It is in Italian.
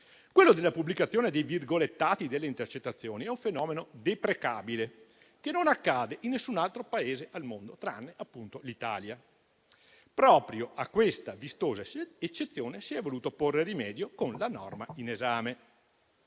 Quello della pubblicazione dei virgolettati delle intercettazioni è un fenomeno deprecabile che non accade in alcun altro Paese al mondo, tranne l'Italia. Proprio a questa vistosa eccezione si è voluto porre rimedio con la norma in esame.